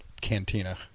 cantina